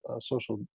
social